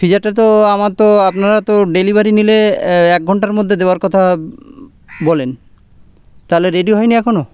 পিজাটা তো আমার তো আপনারা তো ডেলিভারি নিলে এক ঘণ্টার মধ্যে দেওয়ার কথা বলেন তা রেডি হয়নি এখনো